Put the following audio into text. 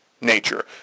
nature